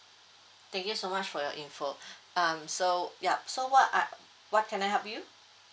thank you so much for your info um so ya so what are what can I help you